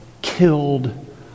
Killed